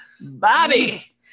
bobby